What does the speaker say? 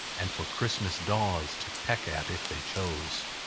and for christmas daws to peck at if they chose.